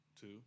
Two